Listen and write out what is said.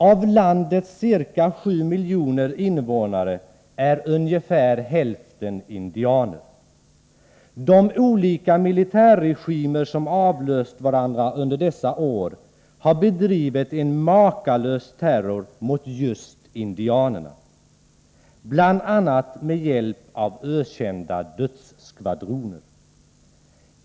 Av landets ca 7 miljoner invånare är ungefär hälften indianer. De olika militärregimer som avlöst varandra under dessa år har bedrivit en makalös terror mot just indianerna, bl.a. med hjälp av ökända dödsskvadroner.